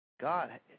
God